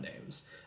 names